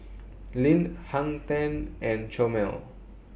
Lindt Hang ten and Chomel